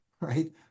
right